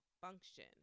function